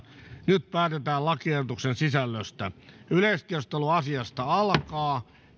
nyt päätetään lakiehdotuksen sisällöstä keskustelu alkaa